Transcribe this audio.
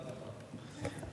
תודה רבה.